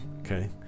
okay